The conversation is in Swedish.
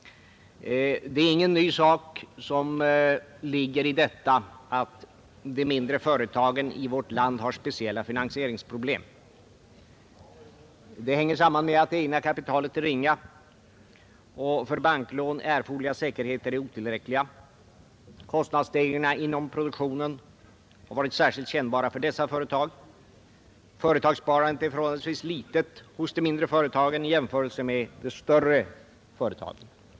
Det är ingen ny sak som ligger i detta att de mindre företagen i vårt land har speciella finansieringsproblem. Det hänger samman med att det egna kapitalet är ringa och att för banklån erforderliga säkerheter är otillräckliga. Kostnadsstegringarna inom produktionen har varit särskilt kännbara för dessa företag. Företagssparandet är förhållandevis litet hos de mindre företagen i jämförelse med de större företagen.